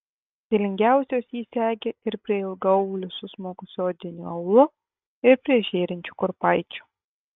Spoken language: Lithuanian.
stilingiausios jį segi ir prie ilgaaulių susmukusiu odiniu aulu ir prie žėrinčių kurpaičių